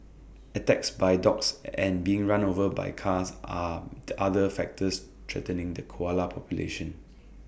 attacks by dogs and being run over by cars are the other factors threatening the koala population